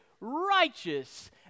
righteous